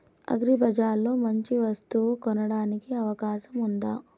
అగ్రిబజార్ లో మంచి వస్తువు కొనడానికి అవకాశం వుందా?